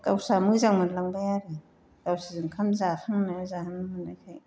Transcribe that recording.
गावस्रा मोजां मोनलांबाय आरो गावसोरजों ओंखाम जाखां माया जाखां मोननायखाय